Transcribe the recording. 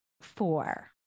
four